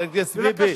חבר הכנסת ביבי.